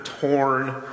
torn